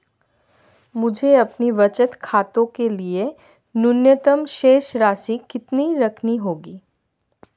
मुझे अपने बचत खाते के लिए न्यूनतम शेष राशि कितनी रखनी होगी?